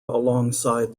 alongside